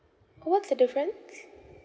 orh what's the difference